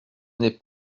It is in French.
n’est